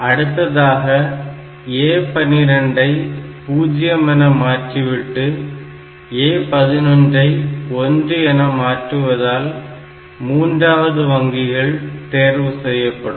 அடுத்ததாக A12 ஐ 0 என மாற்றி விட்டு A11 ஐ 1 என மாற்றுவதால் மூன்றாவது வங்கிகள் தேர்வு செய்யப்படும்